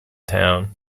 town